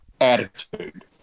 attitude